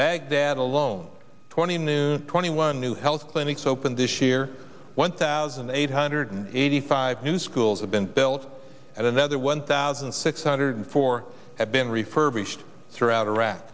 baghdad alone twenty moon twenty one new health clinics opened this year one thousand eight hundred eighty five new schools have been built and another one thousand six hundred four have been refurbished throughout iraq